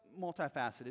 multifaceted